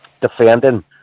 defending